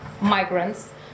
migrants